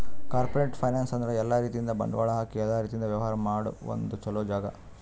corporate finance ಅಂದ್ರ ಎಲ್ಲಾ ರೀತಿಯಿಂದ್ ಬಂಡವಾಳ್ ಹಾಕಿ ಎಲ್ಲಾ ರೀತಿಯಿಂದ್ ವ್ಯವಹಾರ್ ಮಾಡ ಒಂದ್ ಚೊಲೋ ಜಾಗ